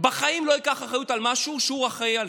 בחיים לא ייקח אחריות על משהו שהוא אחראי לו.